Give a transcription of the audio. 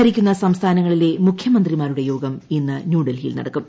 ഭരിക്കുന്ന സംസ്ഥാനങ്ങളിലെ മുഖ്യമന്ത്രിമാരുടെ യോഗം ഇന്ന് ന്യൂഡൽഹിയിൽ നടക്കും